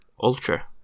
Ultra